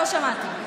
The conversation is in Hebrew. לא שמעתי.